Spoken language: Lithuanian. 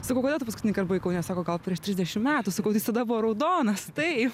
sakau kada tu paskutinįkart buvai kaune sako gal prieš trisdešim metų sakau tai jis tada buvo raudonas taip